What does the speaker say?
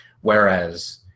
whereas